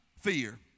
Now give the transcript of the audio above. fear